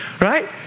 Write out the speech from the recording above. Right